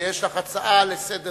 שיש לך הצעה לסדר-יום,